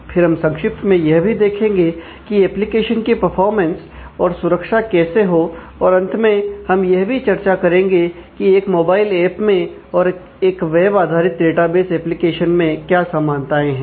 फिर हम संक्षिप्त में यह भी देखेंगे की एप्लीकेशन की परफॉर्मेंस और सुरक्षा कैसे हो और अंत में हम यह भी चर्चा करेंगे कि एक मोबाइल ऐप में और एक वेब आधारित डेटाबेस एप्लीकेशन में क्या समानताएं हैं